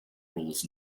roles